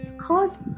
cause